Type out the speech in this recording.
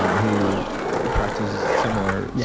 um who practices similar. yeah